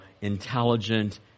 intelligent